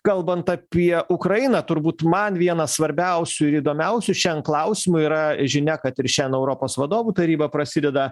kalbant apie ukrainą turbūt man vienas svarbiausių ir įdomiausių šian klausimų yra žinia kad ir šian europos vadovų taryba prasideda